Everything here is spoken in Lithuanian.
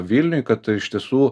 vilniuj kad iš tiesų